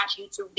YouTube